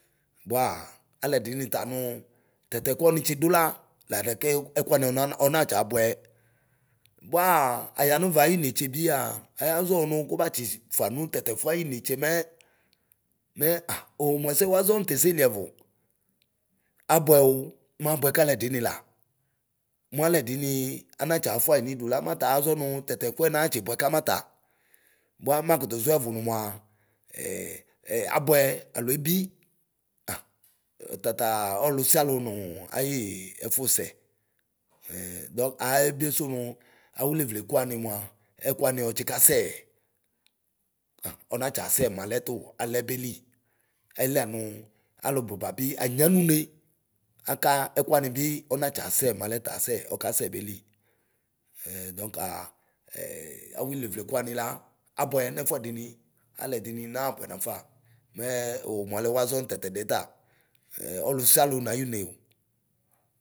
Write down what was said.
Bua alɛdini nu tatɛkuani ɔnitsidu la, la gakeo ɛkuani ɔnana ɔnatsiabʋɛ. Buaa ayanuva ayinetse biaa ayaʒɔwu nu kubatsiʒ fua nu tatɛ kuɛ ayinetse mɛ. Mɛ & uumuɛsɛ wuaʒɔ nutɛsɛliɛvʋ. Abʋo mabʋɛ kalɛdini la. Maalɛdinii ana tsaafuayi nidu la, mataaʒɔ nu tatɛfuɛ naatsi bʋɛ kamata. Bua makutu ʒɔɛvʋ numua abʋɛ alo ebi ɔtatala ɔlusialu nuu ayii ɛfusɛ. dɔŋk ayebiesu nuu awilev lekuani nua ɛkuwani ɔtsikasɛɛ. Ɛ ɔnatsiasɛ mualɛ tuu alɛbeli. Ayili lanuu alububa bi anyɣ nune, aka ɛkuani bi ɔnatsiaasɛ mualɛ tasɛ ɔkasɛ beli dɔŋkaa awilevle kuani la abʋɛ nɛfuɛdini. Alɛdini naabʋɛ nafa. Mɛɛ o umualɛ wuaʒɔ nu tatɛdiɛ ta. Ɔlusialu nayuneo.